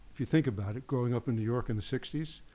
if you think about it, growing up in new york in the sixty s,